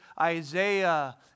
Isaiah